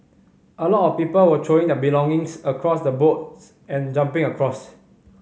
a lot of people were throwing their belongings across the boats and jumping across